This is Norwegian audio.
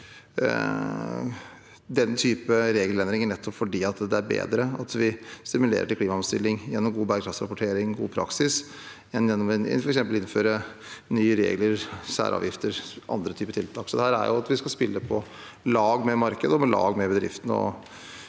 den type regelendringer, nettopp fordi det er bedre at vi stimulerer til klimaomstilling gjennom god bærekraftsrapportering og god praksis enn gjennom f.eks. å innføre nye regler, særavgifter eller andre typer tiltak. Vi skal spille på lag med markedet og med bedriftene.